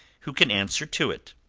who can answer to it.